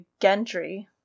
Gendry